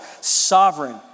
sovereign